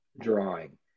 drawing